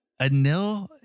Anil